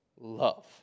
love